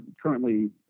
currently